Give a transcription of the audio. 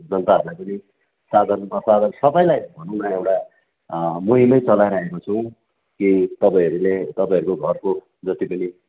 जनताहरूलाई पनि साधन प्रचार सबैलाई भनौँ न एउटा मै नै चलाइ रहेको छौँ कि तपाईँहरूले तपाईँहरूको घरको जतिपनि